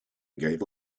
gave